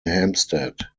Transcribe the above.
hampstead